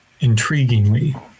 intriguingly